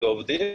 ועובדים